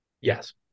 Yes